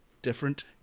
Different